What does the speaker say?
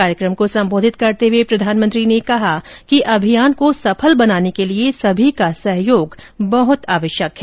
कार्यक्रम को संबोधित करते हुए प्रधानमंत्री ने कहा कि अभियान को सफल बनाने के लिए सभी का सहयोग बहत आवश्यक है